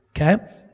Okay